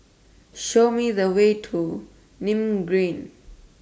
Show Me The Way to Nim Green